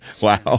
wow